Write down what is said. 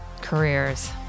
careers